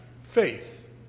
faith